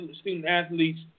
student-athletes